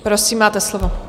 Prosím, máte slovo.